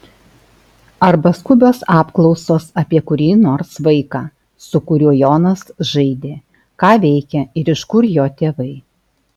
arba skubios apklausos apie kurį nors vaiką su kuriuo jonas žaidė ką veikia ir iš kur jo tėvai